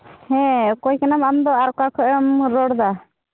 ᱦᱮᱸ ᱚᱠᱚᱭ ᱠᱟᱱᱟᱢ ᱟᱢᱫᱚ ᱟᱨ ᱠᱷᱚᱡ ᱮᱢ ᱨᱚᱲᱫᱟ